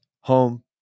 home